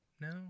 No